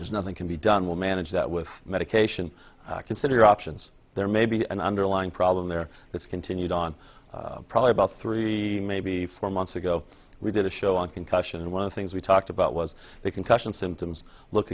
there's nothing can be done will manage that with medication consider options there may be an underlying problem there that's continued on probably about three maybe four months ago we did a show on concussion and one of the things we talked about was a concussion symptoms look